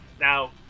Now